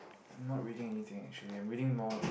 not reading anything actually we are reading more